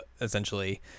essentially